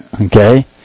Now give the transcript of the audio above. Okay